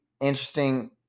interesting